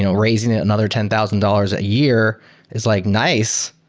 you know raising it another ten thousand dollars a year is like, nice!